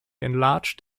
enlarged